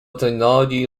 technology